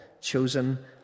chosen